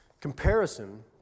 Comparison